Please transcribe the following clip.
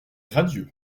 radieux